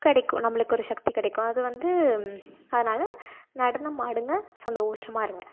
கிடைக்கும் நம்மளுக்கு ஒரு சக்தி கிடைக்கும் அது வந்து அதனால் நடனம் ஆடுங்கள் சந்தோஷமாக இருங்கள்